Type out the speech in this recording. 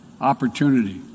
opportunity